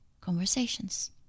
conversations